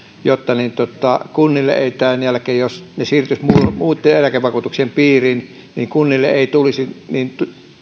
jotta kunnille ei tämän jälkeen jos he siirtyisivät muitten eläkevakuutuksien piiriin tulisi niin